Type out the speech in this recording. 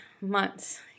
months